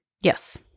Yes